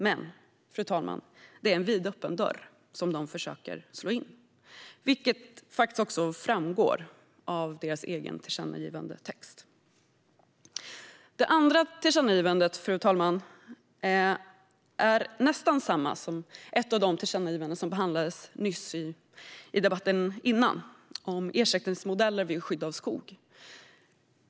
Men, fru talman, det är en vidöppen dörr som de försöker slå in, vilket faktiskt också framgår av deras egen tillkännagivandetext. Det andra tillkännagivandet, fru talman, är nästan detsamma som ett av de tillkännagivanden som behandlades i den tidigare debatten - det om ersättningsmodeller vid skydd av skog.